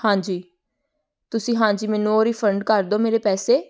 ਹਾਂਜੀ ਤੁਸੀਂ ਹਾਂਜੀ ਮੈਨੂੰ ਉਹ ਰਿਫੰਡ ਕਰ ਦਿਓ ਮੇਰੇ ਪੈਸੇ